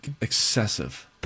excessive